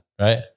right